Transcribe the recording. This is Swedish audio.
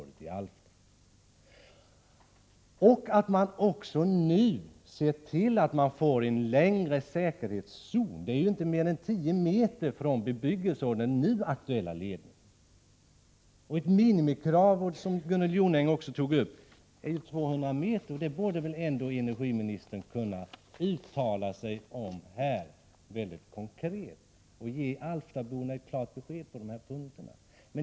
Dessutom måste säkerhetszonen göras längre — det är inte mer än 10 m mellan bebyggelsen och ledningen i Alfta. Ett minimikrav är, som också Gunnel Jonäng nämnde, 200 m. Detta borde energiministern kunna uttala sig för och ge alftaborna klart besked om.